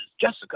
Jessica